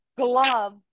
glove